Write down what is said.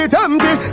empty